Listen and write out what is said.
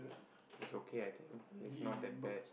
it's okay I think it's not that bad